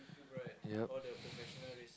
ya